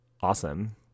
awesome